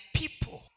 people